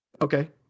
Okay